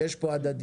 ויש פה הדדיות.